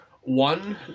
one